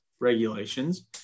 regulations